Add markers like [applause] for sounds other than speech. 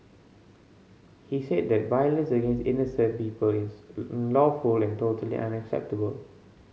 he said that violence against innocent people is [hesitation] lawful and totally unacceptable